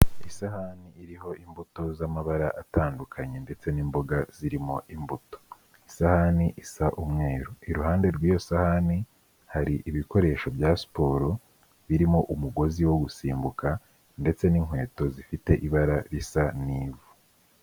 Isahani iriho imbuto z'amabara atandukanye ndetse n'imboga zirimo imbuto, isahani isa umweru, iruhande rw'iyo sahani hari ibikoresho bya siporo, birimo umugozi wo gusimbuka ndetse n'inkweto zifite ibara risa n'ivu.